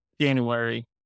January